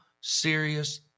serious